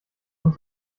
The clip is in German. und